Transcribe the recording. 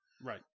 right